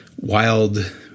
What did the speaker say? wild